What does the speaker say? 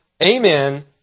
amen